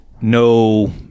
no